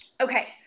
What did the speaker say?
Okay